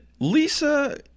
Lisa